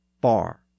bar